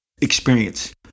experience